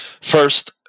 First